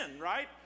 right